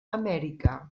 amèrica